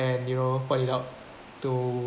and you know point it out to